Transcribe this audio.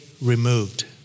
removed